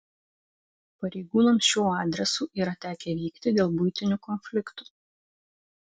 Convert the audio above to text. pareigūnams šiuo adresu yra tekę vykti dėl buitinių konfliktų